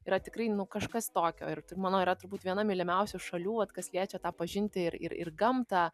yra tikrai kažkas tokio ir mano yra turbūt viena mylimiausių šalių vat kas liečia tą pažinti ir ir ir gamtą